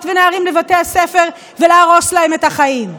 ולנערים לבתי הספר ולהרוס להם את החיים.